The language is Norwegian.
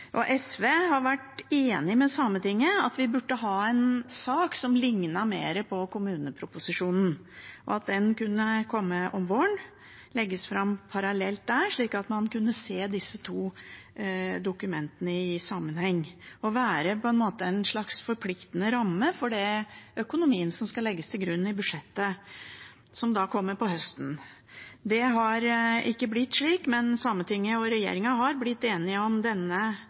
Stortinget. SV har vært enig med Sametinget i at vi burde ha en sak som ligner mer på kommuneproposisjonen, og at den kunne komme om våren, legges fram parallelt der, slik at man kunne se disse to dokumentene i sammenheng. Det kunne på en måte være en slags forpliktende ramme for den økonomien som skal legges til grunn i budsjettet, som da kommer på høsten. Det har ikke blitt slik, men Sametinget og regjeringen har blitt enige om denne